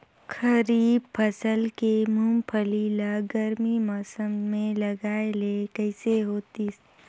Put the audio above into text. खरीफ फसल के मुंगफली ला गरमी मौसम मे लगाय ले कइसे होतिस?